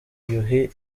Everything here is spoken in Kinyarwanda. yuhi